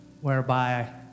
whereby